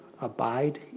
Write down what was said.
abide